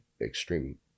extreme